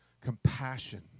compassion